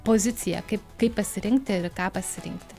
poziciją kaip kaip pasirinkti ir ką pasirinkti